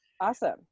awesome